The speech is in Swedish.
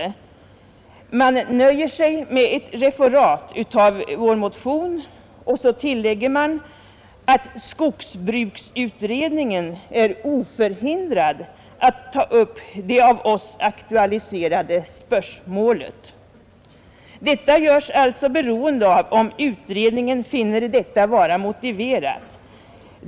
Utskottet nöjer sig med ett referat av motionen och tillägger att skogsbruksutredningen är oförhindrad att ta upp det av oss aktualiserade spörsmålet. Detta göres alltså beroende av om utredningen finner det vara motiverat.